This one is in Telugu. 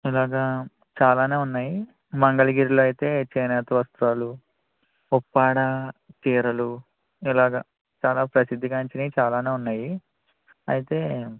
ఇలాగా చాలానే ఉన్నాయి మంగళగిరిలో అయితే చేనేత వస్త్రాలు ఉప్పాడ చీరలు ఇలాగ చాల ప్రసిద్ది గాంచినవి చాలానే ఉన్నాయి అయితే